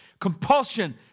compulsion